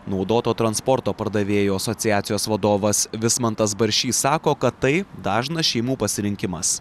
naudoto transporto pardavėjų asociacijos vadovas vismantas baršys sako kad tai dažnas šeimų pasirinkimas